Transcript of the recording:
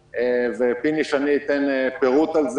פיני שני ייתן על זה פירוט.